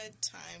Time